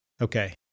Okay